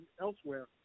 elsewhere